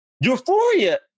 Euphoria